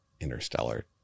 interstellar